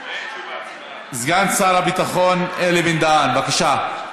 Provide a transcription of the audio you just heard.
סגן שר הביטחון אלי בן-דהן, בבקשה.